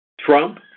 Trump